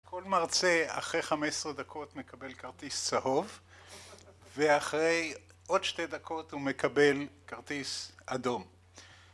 כל מרצה אחרי חמש עשרה דקות מקבל כרטיס צהוב ואחרי עוד שתי דקות הוא מקבל כרטיס אדום